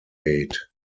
aid